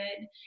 good